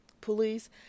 police